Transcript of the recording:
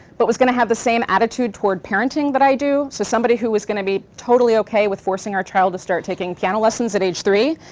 but was going to have the same attitude toward parenting that i do, so somebody who was going to be totally okay with forcing our child to start taking piano lessons at age three,